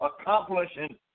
accomplishing